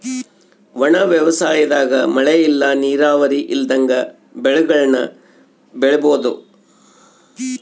ಒಣ ವ್ಯವಸಾಯದಾಗ ಮಳೆ ಇಲ್ಲ ನೀರಾವರಿ ಇಲ್ದಂಗ ಬೆಳೆಗುಳ್ನ ಬೆಳಿಬೋಒದು